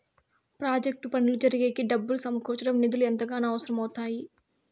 project పనులు జరిగేకి డబ్బులు సమకూర్చడం నిధులు ఎంతగానో అవసరం అవుతాయి